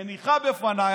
מניחה בפניי,